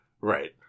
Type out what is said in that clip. Right